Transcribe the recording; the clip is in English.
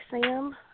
Sam